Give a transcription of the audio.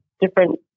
different